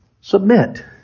Submit